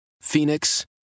Phoenix